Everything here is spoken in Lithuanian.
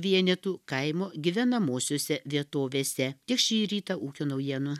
vienetų kaimo gyvenamosiose vietovėse tiek šį rytą ūkio naujienų